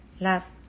Love